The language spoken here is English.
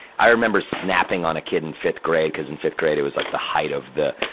i remember snapping on a kid in fifth grade, cuz in fifth grade it was, like, the height of the,